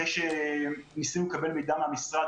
אחרי שניסינו לקבל מידע מהמשרד,